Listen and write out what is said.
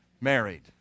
married